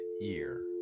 year